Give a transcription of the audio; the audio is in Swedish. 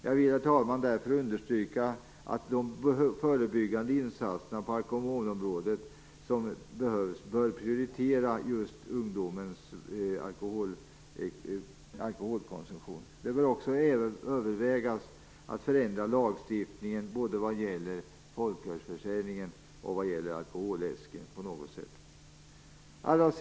Jag vill, herr talman, därför understryka att man i de förebyggande insatserna på alkoholområdet bör prioritera inriktningen på ungdomens alkoholkonsumtion. Det bör även övervägas att på något sätt förändra lagstiftningen vad gäller både folkölsförsäljningen och alkoholläsken. Herr talman!